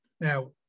Now